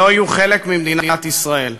שלא יהיו חלק ממדינת ישראל,